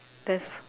that's